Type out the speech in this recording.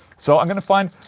so i'm gonna find.